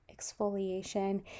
exfoliation